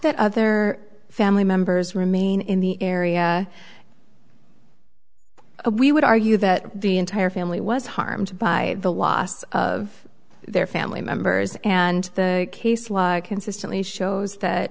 that other family members remain in the area we would argue that the entire family was harmed by the loss of their family members and the case like consistently shows that